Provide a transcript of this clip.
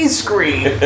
screen